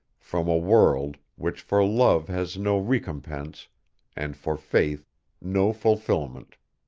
from a world which for love has no recompense and for faith no fulfilment.